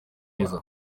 neza